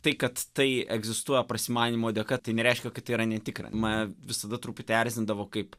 tai kad tai egzistuoja prasimanymo dėka tai nereiškia kad tai yra netikra ma visada truputį erzindavo kaip